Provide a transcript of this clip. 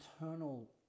internal